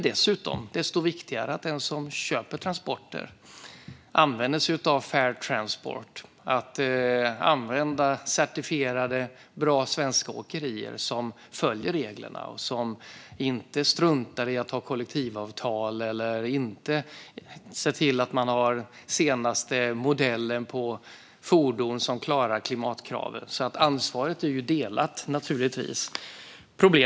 Dessutom är det viktigt att den som köper transporter använder sig av Fair Transport och certifierade bra svenska åkerier, som följer reglerna och som inte struntar i att ha kollektivavtal eller att ha den senaste modellen på fordonen, som klarar klimatkrav. Ansvaret är naturligtvis delat.